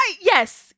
Yes